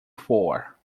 four